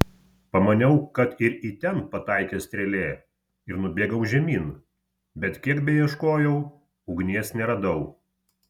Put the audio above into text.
pamaniau kad ir į ten pataikė strėlė ir nubėgau žemyn bet kiek beieškojau ugnies neradau